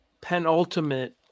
penultimate